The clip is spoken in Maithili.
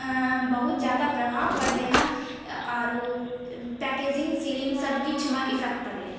बहुत जादा प्रभाब परलै हँ आओरो पैकेजिंग सीलिंग सभ किछुमे इफेक्ट पड़लै हँ